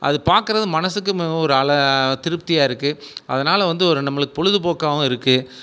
அது பார்க்கறது மனதுக்கு மிக ஒரு திருப்தியாக இருக்குது அதனால் வந்து ஒரு நம்மளுக்கு பொழுதுபோக்காவும் இருக்குது